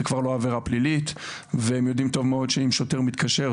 כבר לא עבירה פלילית והם יודעים טוב מאוד שאם שוטר מתקשר,